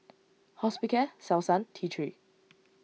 Hospicare Selsun T three